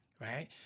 right